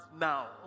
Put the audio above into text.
now